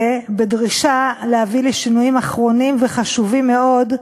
בדרישה להביא לשינויים אחרונים וחשובים מאוד,